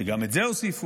שגם את זה הוסיפו,